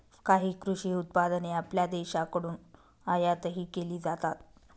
काही कृषी उत्पादने आपल्या देशाकडून आयातही केली जातात